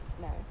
no